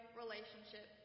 relationship